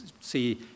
see